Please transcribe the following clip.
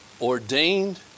ordained